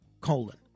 colon